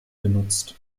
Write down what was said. genutzt